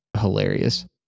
hilarious